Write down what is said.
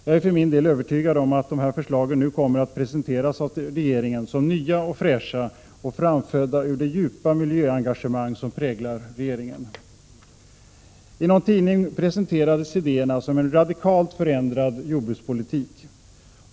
Jag är för min del övertygad om att dessa förslag nu kommer att presenteras av regeringen som nya och fräscha och framfödda ur det djupa miljöengagemang som präglar regeringen. I en tidning presenterades idéerna som ”en radikalt förändrad jordbrukspolitik”.